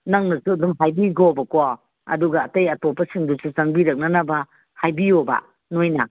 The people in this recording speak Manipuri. ꯅꯪꯅꯁꯨ ꯑꯗꯨꯝ ꯍꯥꯏꯕꯤꯒꯣꯕꯀꯣ ꯑꯗꯨꯒ ꯑꯇꯩ ꯑꯇꯣꯞꯄꯁꯤꯡꯗꯨꯁꯨ ꯆꯪꯕꯤꯔꯛꯅꯕ ꯍꯥꯏꯕꯤꯌꯣꯕ ꯅꯣꯏꯅ